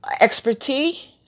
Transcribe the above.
expertise